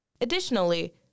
Additionally